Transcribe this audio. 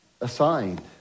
Assigned